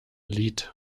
lied